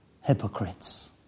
Hypocrites